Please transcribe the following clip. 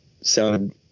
sound